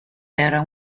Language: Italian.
era